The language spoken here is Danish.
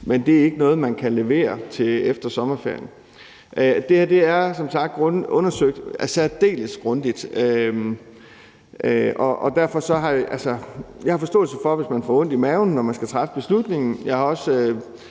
men det er ikke noget, man kan levere til efter sommerferien. Det her er som sagt undersøgt særdeles grundigt. Jeg har forståelse for, hvis man får ondt i maven, når man skal træffe beslutningen.